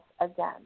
again